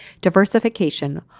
Diversification